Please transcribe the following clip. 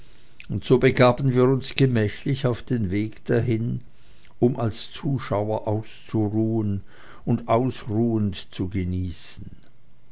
und so begaben wir uns gemächlich auf den weg dahin um als zuschauer auszuruhen und ausruhend zu genießen